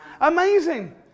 Amazing